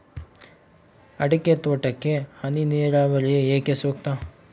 ಅಡಿಕೆ ತೋಟಕ್ಕೆ ಹನಿ ನೇರಾವರಿಯೇ ಏಕೆ ಸೂಕ್ತ?